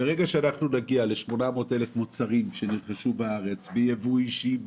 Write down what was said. ברגע שנגיע ל-800,000 מוצרים שנרכשו בארץ בייבוא אישי,